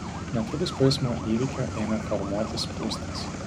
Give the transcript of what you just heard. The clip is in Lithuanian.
netrukus po eismo įvykio ėmė formuotis spūstys